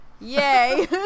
Yay